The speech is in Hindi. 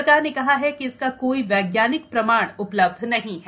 सरकार ने कहा हा कि इसका कोई वाम्रानिक प्रमाण उपलब्ध नहीं हैं